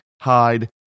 hide